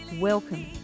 welcome